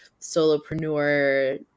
solopreneur